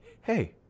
hey